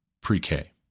pre-K